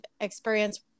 experience